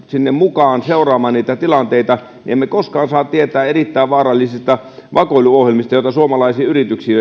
sinne tietoverkkoihin seuraamaan niitä tilanteita niin emme koskaan saa tietää erittäin vaarallisista vakoiluohjelmista joita esimerkiksi suomalaisiin yrityksiin